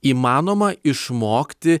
įmanoma išmokti